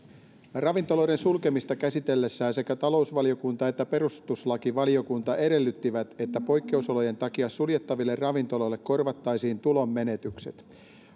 ravintoloiden sulkemista käsitellessään sekä talousvaliokunta että perustuslakivaliokunta edellyttivät että poikkeusolojen takia suljettaville ravintoloille korvattaisiin tulonmenetykset